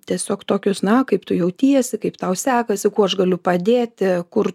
tiesiog tokius na kaip tu jautiesi kaip tau sekasi kuo aš galiu padėti kur